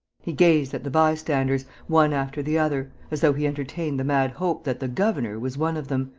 he gazed at the bystanders, one after the other, as though he entertained the mad hope that the governor was one of them,